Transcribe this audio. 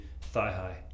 thigh-high